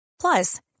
Plus